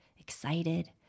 excited